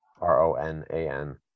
R-O-N-A-N